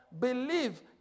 believe